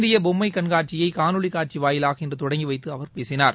இந்தியபொம்மைகண்காட்சியைகாணொலினாட்சிவாயிலாக இன்றுதொடங்கிவைத்துஅவர் பேசினார்